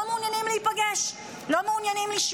והם לא מעוניינים להיפגש, לא מעוניינים לשמוע.